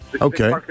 Okay